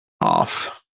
off